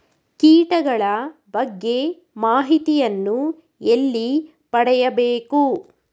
ಕೀಟಗಳ ಬಗ್ಗೆ ಮಾಹಿತಿಯನ್ನು ಎಲ್ಲಿ ಪಡೆಯಬೇಕು?